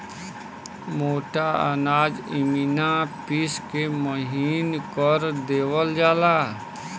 मोटा अनाज इमिना पिस के महीन कर देवल जाला